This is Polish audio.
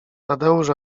tadeusz